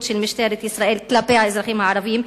של משטרת ישראל כלפי האזרחים הערבים,